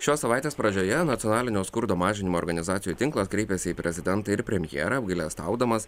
šios savaitės pradžioje nacionalinio skurdo mažinimo organizacijų tinklas kreipėsi į prezidentą ir premjerą apgailestaudamas